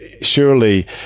surely